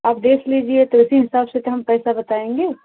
आप देख लीजिए तो उसी हिसाब से तो हम पैसे बताएँगे